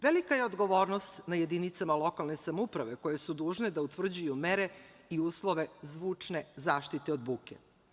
Velika je odgovornost na jedinicama lokalne samouprave koje su dužne da utvrđuju mere i uslove zvučne zaštite od buke.